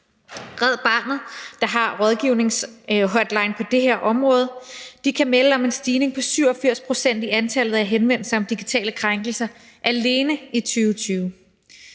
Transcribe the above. Red Barnet, som har en rådgivningshotline på det her område, kan melde om en stigning på 87 pct. i antallet af henvendelser om digitale krænkelser alene i 2020.